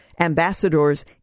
ambassadors